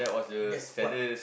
that's quite